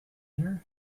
her